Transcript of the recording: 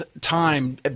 time